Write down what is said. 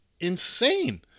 insane